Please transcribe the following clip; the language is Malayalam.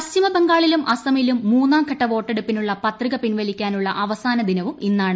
പശ്ചിമബംഗാളിലും അസമിലും മൂന്നാം ഘട്ട വോട്ടെടുപ്പിനുള്ള പത്രിക പിൻവലിക്കാനുള്ള അവസാന ദിനവും ഇന്നാണ്